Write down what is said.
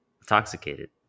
intoxicated